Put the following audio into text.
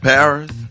Paris